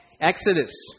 Exodus